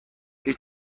هیچ